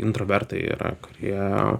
intravertai yra kurie